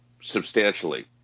substantially